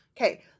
okay